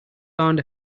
found